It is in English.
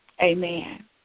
Amen